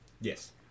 Yes